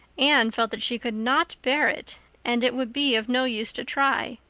anne felt that she could not bear it and it would be of no use to try.